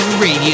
Radio